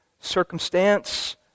circumstance